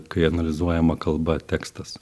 kai analizuojama kalba tekstas